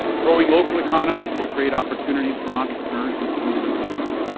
growing local economies to create opportunities for and entrepreneurs and community leaders,